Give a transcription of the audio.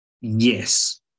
Yes